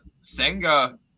Senga